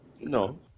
no